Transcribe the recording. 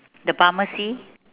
the pharmacy